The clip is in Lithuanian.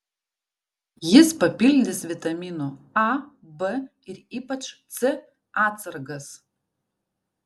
jis papildys vitaminų a b ir ypač c atsargas